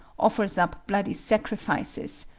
offers up bloody sacrifices,